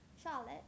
Charlotte